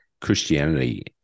Christianity